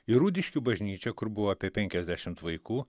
į rūdiškių bažnyčią kur buvo apie penkiasdešimt vaikų